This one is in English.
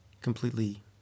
completely